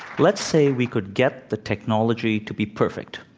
let's say we could get the technology to be perfect.